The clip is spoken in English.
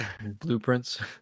Blueprints